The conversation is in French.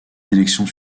élections